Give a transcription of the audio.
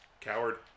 Coward